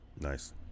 Nice